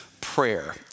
Prayer